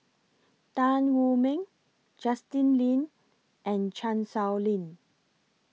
Tan Wu Meng Justin Lean and Chan Sow Lin